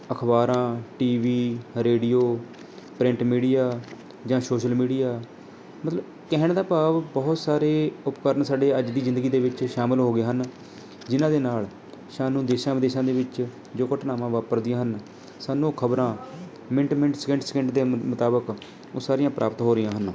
ਅਖ਼ਬਾਰਾਂ T V radio print media ਜਾਂ social media ਮਤਲਬ ਕਹਿਣ ਦਾ ਭਾਵ ਬਹੁਤ ਸਾਰੇ ਉਪਕਰਨ ਸਾਡੇ ਅੱਜ ਦੀ ਜ਼ਿੰਦਗੀ ਦੇ ਵਿੱਚ ਸ਼ਾਮਿਲ ਹੋ ਗਏ ਹਨ ਜਿਹਨਾਂ ਦੇ ਨਾਲ਼ ਸਾਨੂੰ ਦੇਸ਼ਾਂ ਵਿਦੇਸ਼ਾਂ ਦੇ ਵਿੱਚ ਜੋ ਘਟਨਾਵਾਂ ਵਾਪਰਦੀਆਂ ਹਨ ਸਾਨੂੰ ਉਹ ਖ਼ਬਰਾਂ ਮਿੰਟ ਮਿੰਟ ਸਕਿੰਟ ਸਕਿੰਟ ਦੇ ਮੁਤਾਬਿਕ ਉਹ ਸਾਰੀਆਂ ਪ੍ਰਾਪਤ ਹੋ ਰਹੀਆਂ ਹਨ